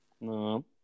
No